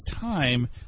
time